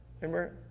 Remember